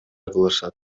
кылышат